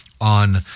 on